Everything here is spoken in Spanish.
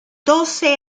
doce